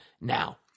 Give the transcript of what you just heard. now